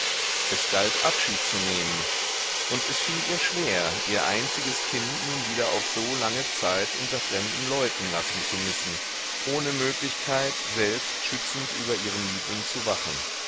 es galt abschied zu nehmen und es fiel ihr schwer ihr einziges kind nun wieder auf so lange zeit unter fremden leuten lassen zu müssen ohne möglichkeit selbst schützend über ihren liebling zu wachen